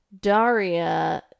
Daria